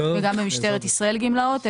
וגם במשטרת ישראל גמלאות,